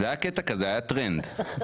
זה היה טרנד כזה.